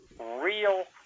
real